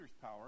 power